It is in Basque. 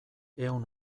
ehun